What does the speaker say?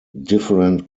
different